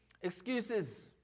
excuses